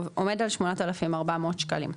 עומד על 8,400 שקלים,